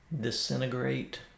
disintegrate